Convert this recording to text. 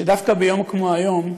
שדווקא ביום כמו היום,